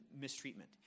mistreatment